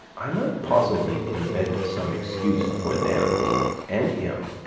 i might possibly invent some excuse for them and him,